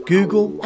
Google